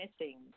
missing